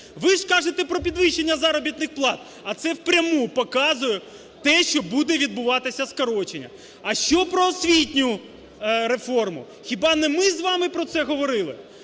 Ви ж кажете про підвищення заробітних плат, а це в пряму показує те, що буде відбуватися скорочення. А що про освітню реформу? Хіба не ми з вами про це говорили?